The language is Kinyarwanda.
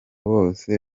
bose